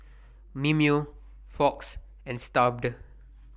Mimeo Fox and Stuff'd